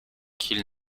qu’il